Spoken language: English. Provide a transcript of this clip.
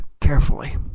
carefully